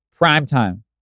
primetime